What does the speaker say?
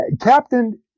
Captain